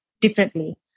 differently